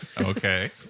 Okay